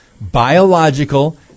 biological